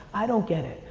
i don't get it.